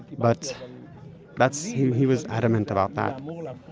but that's, he was adamant about that.